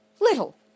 little